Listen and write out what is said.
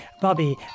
bobby